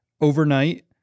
overnight—